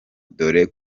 dore